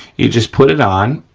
you just put it on,